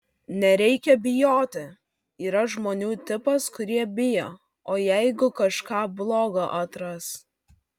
nereikia bijoti yra žmonių tipas kurie bijo o jeigu kažką blogo atras